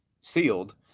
sealed